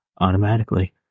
automatically